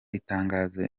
itangazo